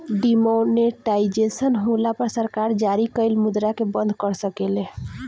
demonetisation होला पर सरकार जारी कइल मुद्रा के बंद कर सकेले